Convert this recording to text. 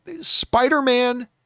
Spider-Man